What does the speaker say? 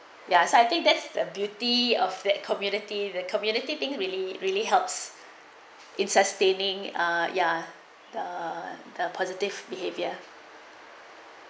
ya so I think that's the beauty of that community the community things really really helps in sustaining ah ya the the positive behaviour